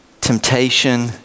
temptation